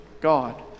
God